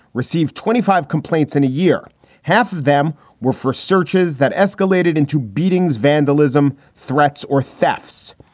received twenty five complaints in a year half of them were for searches that escalated into beatings, vandalism, threats or thefts.